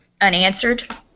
Unanswered